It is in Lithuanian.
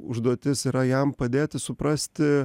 užduotis yra jam padėti suprasti